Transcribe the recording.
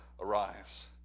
arise